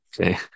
Okay